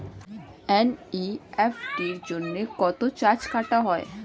NEFT জন্য কত charge কাটা হয়?